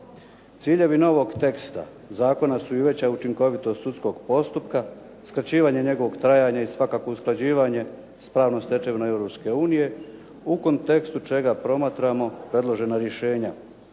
Ciljevi novog teksta zakona su i veća učinkovitost sudskog postupka, skraćivanje njegovog trajanja i svakako usklađivanje s pravnom stečevinom Europske unije u kontekstu čega promatramo predložena rješenja